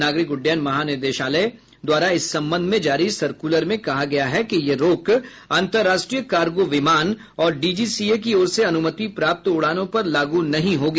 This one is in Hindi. नागरिक उड्डयन महानिदेशालय द्वारा इस संबंध में जारी सर्कुलर में कहा गया है कि यह रोक अन्तरराष्ट्रीय कारगो विमान और डीजीसीए की ओर से अनुमति प्राप्त उड़ानों पर लागू नहीं होगी